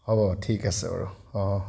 হ'ব ঠিক আছে বাৰু